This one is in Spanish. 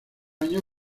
años